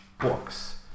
books